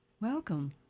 Welcome